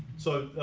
so,